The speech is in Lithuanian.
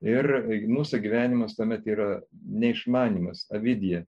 ir mūsų gyvenimas yra neišmanymas avidija